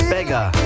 Beggar